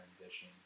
ambition